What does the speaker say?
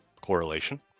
correlation